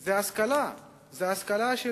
הוא השכלה, ההשכלה של